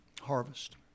harvest